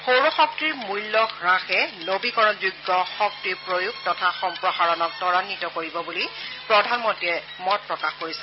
সৌৰ শক্তিৰ মূল্য হ্ৰাসে নবীকৰণযোগ্য শক্তিৰ প্ৰয়োগ তথা সম্প্ৰসাৰণক ত্বৰাগ্বিত কৰিব বুলি প্ৰধানমন্ত্ৰীয়ে মত প্ৰকাশ কৰিছে